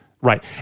right